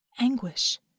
Anguish